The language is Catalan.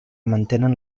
mantenen